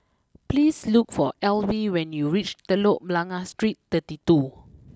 please look for Alvie when you reach Telok Blangah Street thirty two